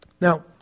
Now